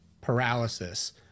paralysis